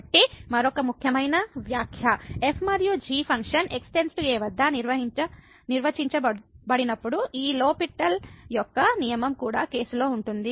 కాబట్టి మరొక ముఖ్యమైన వ్యాఖ్య f మరియు g ఫంక్షన్ x → a వద్ద నిర్వచించబడనప్పుడు ఈ లో పిటెల్L'Hospital rule యొక్క నియమం కూడా కేసులో ఉంటుంది